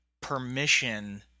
permission